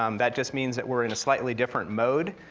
um that just means that we're in a slightly different mode.